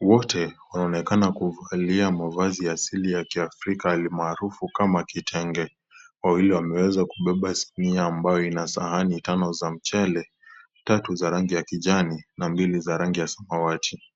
Wote wanaonekana kuvalia mavazi ya asili ya kiafrika almaarufu kama kitenge . Wawili wameweza kubeba sinia ambayo ina sahani tano za mchele , tatu za rangi ya kijani na mbili za rangi ya samawati.